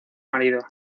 marido